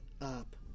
up